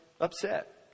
upset